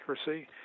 accuracy